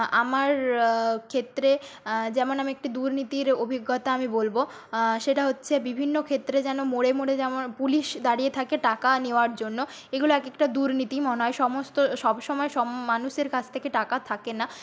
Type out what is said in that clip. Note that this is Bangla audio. আমার ক্ষেত্রে যেমন আমি একটি দুর্নীতির অভিজ্ঞতা আমি বলবো সেটা হচ্ছে বিভিন্ন ক্ষেত্রে যেন মোড়ে মোড়ে যেমন পুলিশ দাঁড়িয়ে থাকে টাকা নেওয়ার জন্য এগুলো এক একটা দুর্নীতি মনে হয় সমস্ত সবসময় মানুষের কাছ থেকে টাকা থাকে না